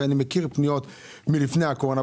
אני מכיר פניות מלפני הקורונה,